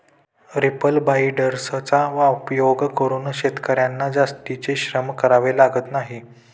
reaper बाइंडर्सचा उपयोग करून शेतकर्यांना जास्तीचे श्रम करावे लागत नाही